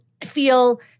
feel